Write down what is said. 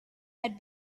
had